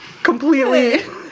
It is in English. Completely